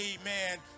amen